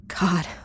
God